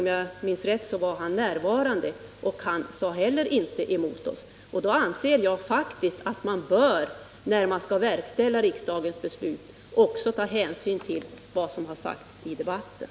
Om jag minns rätt var industriministern närvarande, och inte heller han sade emot oss. Jag anser att man i ett sådant fall vid verkställandet av riksdagens beslut också skall ta hänsyn till vad som har sagts i kammardebatten.